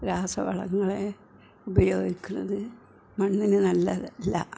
രാസവളങ്ങള് ഉപയോഗിക്കുന്നത് മണ്ണിനു നല്ലതല്ല